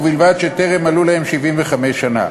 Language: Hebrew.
ובלבד שטרם מלאו להם 75 שנה.